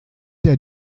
der